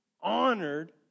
honored